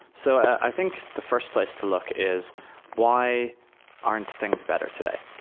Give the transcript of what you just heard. so i think the first place to look is why aren't things better today?